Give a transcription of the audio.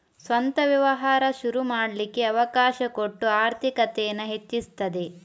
ಸ್ವಂತ ವ್ಯವಹಾರ ಶುರು ಮಾಡ್ಲಿಕ್ಕೆ ಅವಕಾಶ ಕೊಟ್ಟು ಆರ್ಥಿಕತೇನ ಹೆಚ್ಚಿಸ್ತದೆ